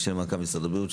המשנה למנכ"ל משרד הבריאות,